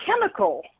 chemical